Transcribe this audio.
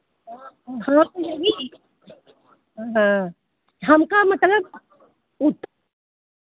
हाँ तो यही हाँ हमका मतलब